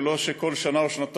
ושלא כל שנה או שנתיים